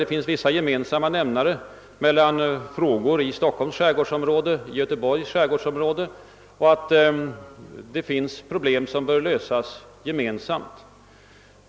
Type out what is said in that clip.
Det finns vissa gemensamma nämnare för frågor i Stockholms skärgårdsområde och i Göteborgs skärgårdsområde. Det finns problem som bör lösas efter gemensamma linjer.